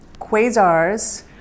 quasars